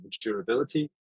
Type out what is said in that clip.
durability